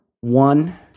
one